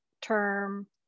term